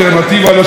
והעומד בראשה,